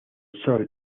sol